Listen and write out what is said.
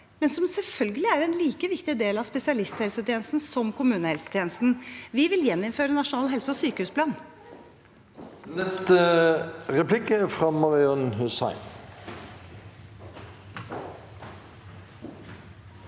men som selvfølgelig er en like viktig del av spesialisthelsetjenesten som kommunehelsetjenesten? Vi vil gjeninnføre Nasjonal helse- og sykehusplan. Marian Hussein